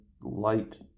light